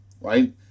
right